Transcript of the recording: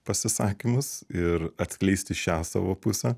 pasisakymus ir atskleisti šią savo pusę